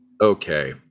Okay